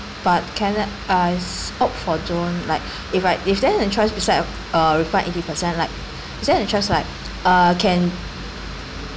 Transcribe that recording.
but can I s~ opt for join like if I is there a choice beside uh refund eighty percent like is there a chance like uh can